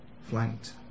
flanked